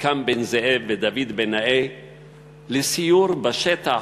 אחיקם בן-זאב ודוד בן-נאה לסיור בשטח.